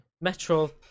Metro